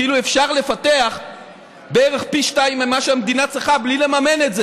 כאילו אפשר לפתח בערך פי-שניים ממה שהמדינה צריכה בלי לממן את זה.